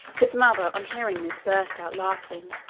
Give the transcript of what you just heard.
his mother, on hearing this, burst out laughing,